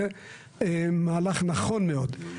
זה מהלך נכון מאוד.